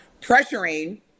pressuring